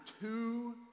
two